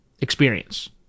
experience